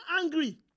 angry